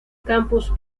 campus